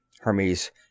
Hermes